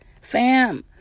Fam